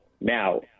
Now